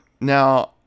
Now